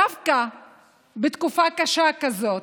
דווקא בתקופה קשה כזו,